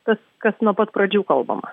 tas kas nuo pat pradžių kalbama